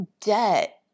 Debt